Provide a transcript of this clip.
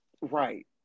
Right